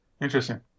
Interesting